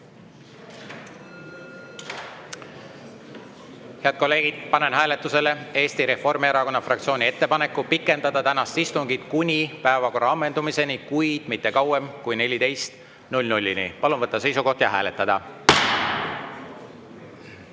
Head kolleegid, panen hääletusele Eesti Reformierakonna fraktsiooni ettepaneku pikendada tänast istungit kuni päevakorra ammendumiseni, kuid mitte kauem kui 14-ni. Palun võtta seisukoht ja hääletada!